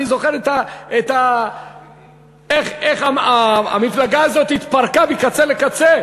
אני זוכר איך המפלגה הזאת התפרקה מקצה לקצה.